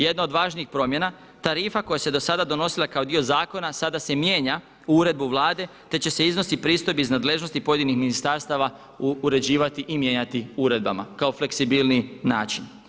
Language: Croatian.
Jedno od važnijih promjena, tarifa koja se do sada donosila kao dio zakona sada se mijenja u uredbu Vlade, te će se iznosi pristojbi iz nadležnosti pojedinih ministarstava uređivati i mijenjati uredbama kao fleksibilniji način.